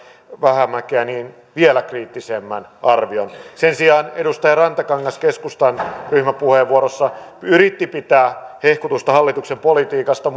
vähämäkeä niin hän esitti vielä kriittisemmän arvion sen sijaan edustaja rantakangas keskustan ryhmäpuheenvuorossa yritti pitää hehkutusta hallituksen politiikasta